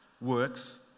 works